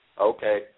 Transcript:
Okay